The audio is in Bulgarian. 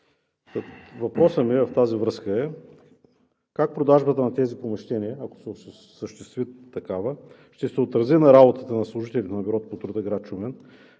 въпросът ми е: как продажбата на тези помещения, ако се осъществи такава, ще се отрази на работата на служителите на Бюрото по труда – град Шумен;